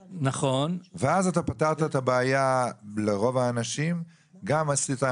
ואז פתרת את הבעיה לרוב האנשים, גם עשית הנגשה,